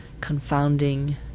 confounding